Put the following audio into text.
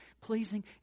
pleasing